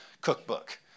cookbook